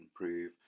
improve